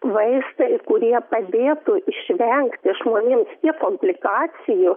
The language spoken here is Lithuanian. vaistai kurie padėtų išvengti žmonėm tiek komplikacijų